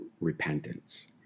repentance